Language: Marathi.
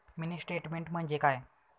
मिनी स्टेटमेन्ट म्हणजे काय?